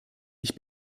ich